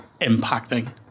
impacting